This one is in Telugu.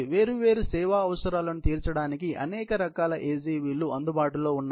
వేరు వేరు సేవా అవసరాలను తీర్చడానికి అనేక రకాల AGV లు అందుబాటులో ఉన్నాయి